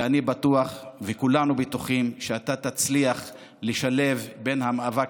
אני בטוח וכולנו בטוחים שאתה תצליח לשלב בין המאבק